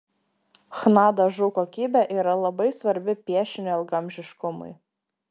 chna dažų kokybė yra labai svarbi piešinio ilgaamžiškumui